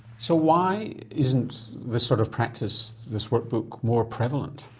so why isn't this sort of practice, this work book, more prevalent?